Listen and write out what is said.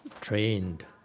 trained